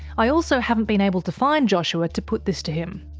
i also haven't been able to find joshua to put this to him.